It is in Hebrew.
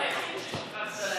הדבר היחיד ששכחת להגיד,